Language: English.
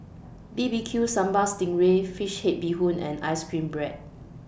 B B Q Sambal Sting Ray Fish Head Bee Hoon and Ice Cream Bread